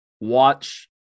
watch